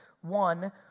One